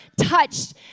touched